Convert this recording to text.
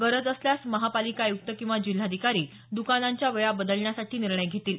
गरज असल्यास महापालिका आयुक्त किंवा जिल्हाधिकारी द्कानांच्या वेळा बदलण्यासाठी निर्णय घेतील